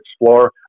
explore